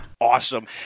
Awesome